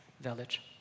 village